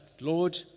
Lord